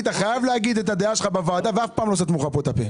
את החייב להגיד את הדעה שלך בוועדה ואף פעם לא סתמו לך כאן את הפה.